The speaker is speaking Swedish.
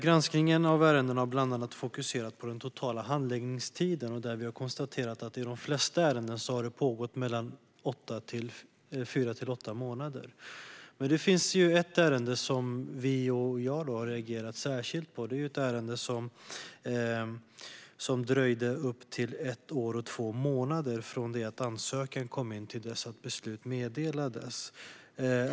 Granskningen av ärendena har bland annat fokuserat på den totala handläggningstiden, och vi har konstaterat att den i de flesta ärenden har pågått mellan fyra och åtta månader. Det finns dock ett ärende som vi och jag har reagerat särskilt på, och det är ett ärende där det dröjde ett år och två månader från det att ansökan kom in till dess att beslut meddelades.